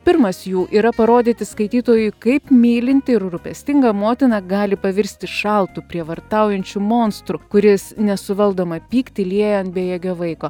pirmas jų yra parodyti skaitytojui kaip mylinti ir rūpestinga motina gali pavirsti šaltu prievartaujančiu monstru kuris nesuvaldomą pyktį lieja ant bejėgio vaiko